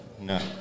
No